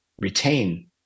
retain